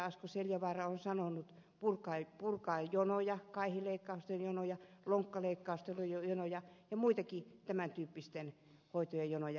asko seljavaara on sanonut jonojen kaihileikkausten jonojen lonkkaleikkausten jonojen ja muidenkin tämän tyyppisten hoitojen jonojen purkamista